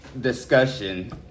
discussion